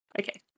Okay